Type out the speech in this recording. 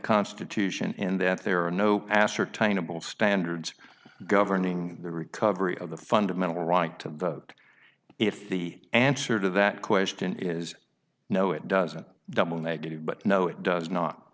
constitution in that there are no ascertainable standards governing the recovery of the fundamental right to vote if the answer to that question is no it doesn't double negative but no it does not